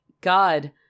god